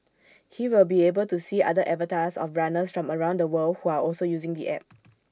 he will be able to see other avatars of runners from around the world who are also using the app